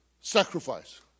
Sacrifice